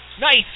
Nice